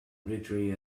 victory